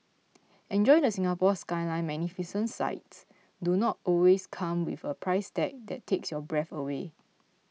enjoy the Singapore Skyline Magnificent sights do not always come with a price tag that takes your breath away